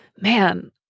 man